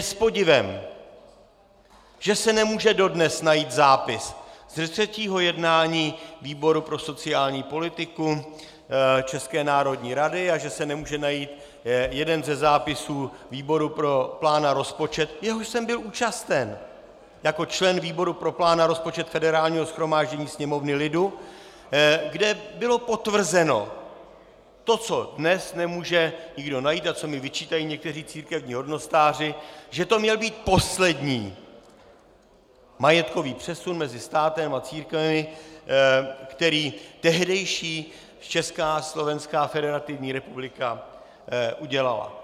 Je s podivem, že se nemůže dodnes najít zápis ze 3. jednání výboru pro sociální politiku České národní rady a že se nemůže najít jeden ze zápisů výboru pro plán a rozpočet, jehož jsem byl účasten jako člen výboru pro plán a rozpočet Federálního shromáždění, Sněmovny lidu, kde bylo potvrzeno to, co dnes nemůže nikdo najít a co mi vyčítají někteří církevní hodnostáři, že to měl být poslední majetkový přesun mezi státem a církvemi, který tehdejší Česká a Slovenská Federativní Republika udělala.